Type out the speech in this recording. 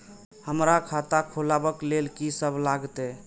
हमरा खाता खुलाबक लेल की सब लागतै?